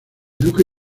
duque